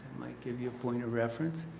give you a point of reference.